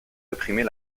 réprimer